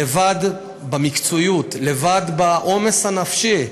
לבד במקצועיות, לבד בעומס הנפשי.